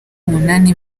umunani